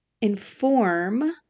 inform